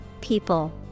people